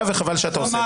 וחבל שאתה עושה את זה.